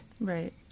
Right